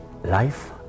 life